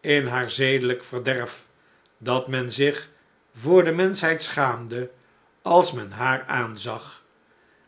in haar zedelijk verderf dat men zich voor de menschheid schaamde als men haar aanzag